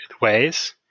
ways